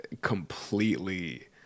completely